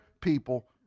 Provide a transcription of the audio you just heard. people